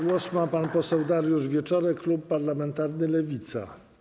Głos ma pan poseł Dariusz Wieczorek, klub parlamentarny Lewica.